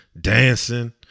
dancing